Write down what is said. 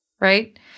right